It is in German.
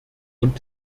und